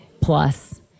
plus